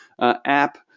app